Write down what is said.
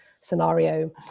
scenario